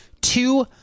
two